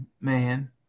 man